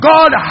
God